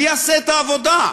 מי יעשה את העבודה,